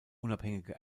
unabhängige